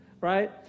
right